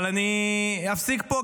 אבל אני אפסיק פה,